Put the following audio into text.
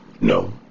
No